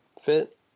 fit